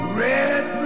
red